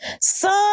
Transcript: son